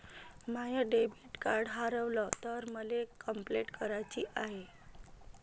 माय debit card हारवल तर मले कंपलेंट कराची हाय